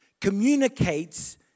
communicates